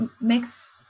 makes